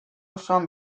osoan